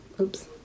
oops